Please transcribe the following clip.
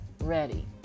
ready